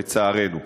לצערנו.